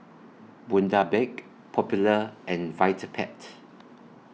Bundaberg Popular and Vitapet